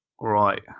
Right